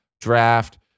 draft